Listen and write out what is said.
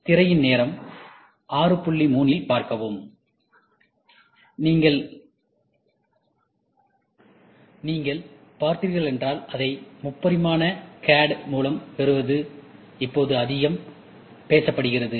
திரையின் நேரம் 0603இல் பார்க்கவும் நீங்கள் பார்த்தீர்களா அதை முப்பரிமான சிஏடி மூலம் பெறுவது இப்போது அதிகம் பேசப்படுகிறது